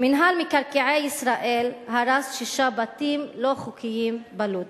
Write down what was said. "מינהל מקרקעי ישראל הרס שישה בתים לא חוקיים בלוד".